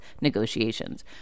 negotiations